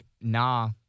nah